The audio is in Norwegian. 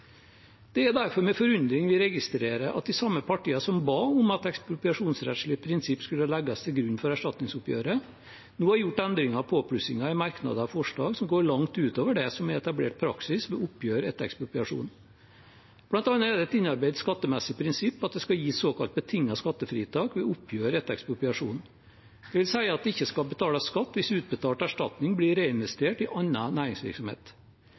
Det er derfor med forundring vi registrerer at de samme partiene som ba om at ekspropriasjonsrettslige prinsipp skulle legges til grunn for erstatningsoppgjøret, nå har gjort endringer og påplussinger i merknader og forslag som går langt utover det som er etablert praksis ved oppgjør etter ekspropriasjon. Blant annet er det et innarbeidet skattemessig prinsipp at det skal gis såkalt betinget skattefritak ved oppgjør etter ekspropriasjon. Det vil si at det ikke skal betales skatt hvis utbetalt erstatning blir reinvestert i annen næringsvirksomhet.